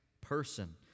person